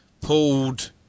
pulled